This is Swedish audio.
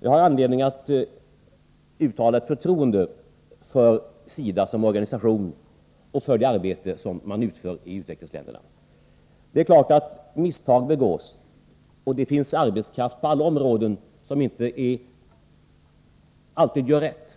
Jag har anledning att uttala mitt förtroende för SIDA som organisation och för det arbete man utför i utvecklingsländerna. Det är klart att misstag begås, och det finns arbetskraft på alla områden som inte alltid gör rätt.